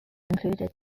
included